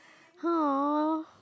!huh!